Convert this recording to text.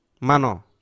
mano